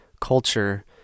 culture